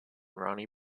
ronnie